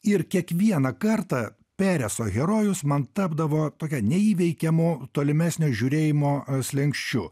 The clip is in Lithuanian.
ir kiekvieną kartą pereso herojus man tapdavo tokia neįveikiamo tolimesnio žiūrėjimo slenksčiu